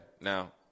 now